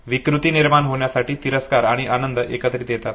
विकृती निर्माण होण्यासाठी तिरस्कार आणि आनंद एकत्र येतात